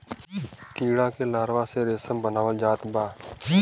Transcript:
कीड़ा के लार्वा से रेशम बनावल जात बा